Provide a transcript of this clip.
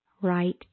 right